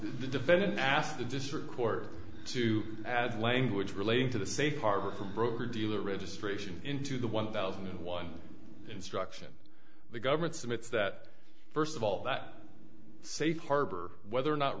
the defendant asked the district court to add language relating to the safe harbor from broker dealer registration into the one thousand and one instruction the government summit's that first of all that safe harbor whether or not